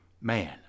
man